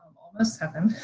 almost seven,